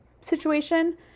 situation